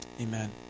Amen